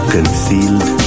Concealed